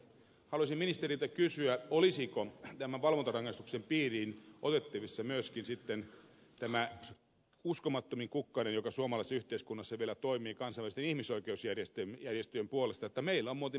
haluaisin ministeriltä kysyä olisiko tämän valvontarangaistuksen piiriin otettavissa myöskin sitten tämä uskomattomin kukkanen joka suomalaisessa yhteiskunnassa vielä toimii kansainvälisten ihmisoikeusjärjestöjen kantaa vastaan että meillä on muuten mielipidevankeja suomessa